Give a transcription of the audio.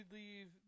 leave